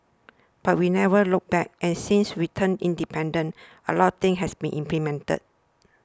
but we never looked back and since we turned independent a lot things has been implemented